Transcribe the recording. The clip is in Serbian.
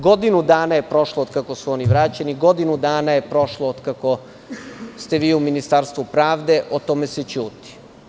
Godinu dana je prošlo od kako su oni vraćeni, godinu dana je prošlo od kako ste vi u Ministarstvu pravde, o tome se ćuti.